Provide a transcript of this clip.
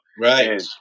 Right